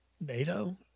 NATO